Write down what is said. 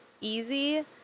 easy